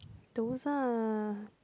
those are